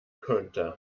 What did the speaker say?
könnte